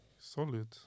Solid